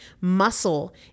Muscle